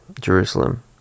jerusalem